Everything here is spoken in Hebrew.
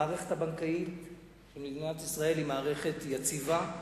המערכת הבנקאית של מדינת ישראל היא מערכת יציבה,